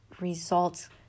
results